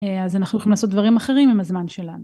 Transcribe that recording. אז אנחנו יכולים לעשות דברים אחרים עם הזמן שלנו